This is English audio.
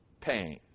pain